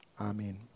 Amen